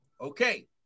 Okay